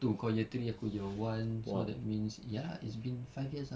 tu kau year three aku year one so that means ya it's been five years ah